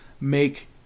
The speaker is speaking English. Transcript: make